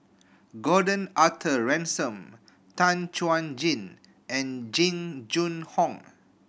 Gordon Arthur Ransome Tan Chuan Jin and Jing Jun Hong